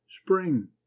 spring